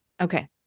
Okay